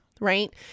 right